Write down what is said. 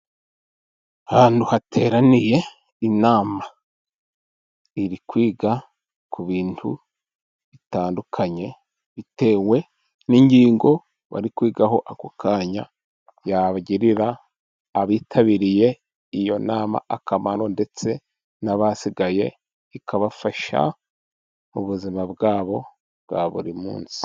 Ahantu hateraniye inama iri kwiga ku bintu bitandukanye, bitewe n'ingingo bari kwigaho ako kanya, yagirira abitabiriye iyo nama akamaro, ndetse n'abasigaye ikabafasha mu buzima bwabo bwa buri munsi.